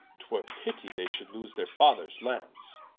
twere pittie they should lose their fathers lands